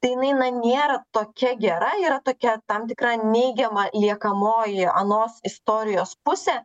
tai jinai na nėra tokia gera yra tokia tam tikra neigiama liekamoji anos istorijos pusė